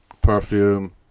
perfume